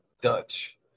Dutch